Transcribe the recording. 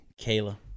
Kayla